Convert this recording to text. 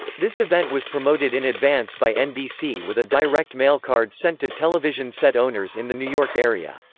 this event was promoted in advance by nbc with a direct-mail card sent to television set owners in the new york area.